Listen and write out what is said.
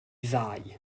ddau